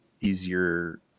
easier